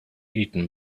eaten